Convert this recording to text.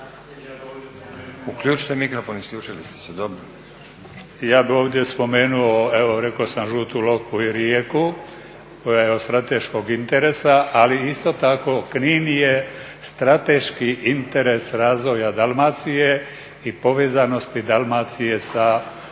Uključite mikrofon, isključili ste se. **Grubišić, Ivan (Nezavisni)** Ja bi ovdje spomenuo, evo rekao sam Žutu Lokvu i Rijeku koja je od strateškog interesa, ali isto tako Knin je strateški interes razvoja Dalmacije i povezanosti Dalmacije sa